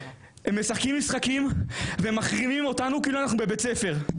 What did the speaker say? הם משחקים משחקים ומחרימים אותנו כאילו אנחנו בבית ספר.